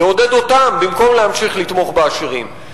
לעודד אותם במקום להמשיך לתמוך בעשירים?